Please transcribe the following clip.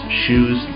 shoes